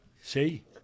See